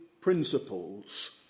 principles